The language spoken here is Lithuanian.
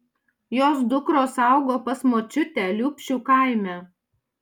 jos dukros augo pas močiutę liupšių kaime